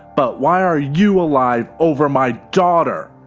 but why are you alive over my daughter?